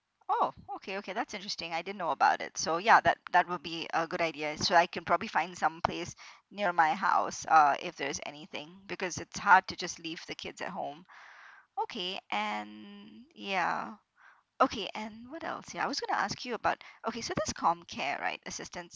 oh okay okay that's interesting I didn't know about it so ya that that will be a good idea so I could probably find some place near my house uh if there's anything because it's hard to just leave the kids at home okay and ya okay and what else ya I was gonna ask you about okay so this comcare right assistance